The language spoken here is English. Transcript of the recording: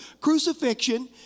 crucifixion